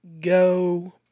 go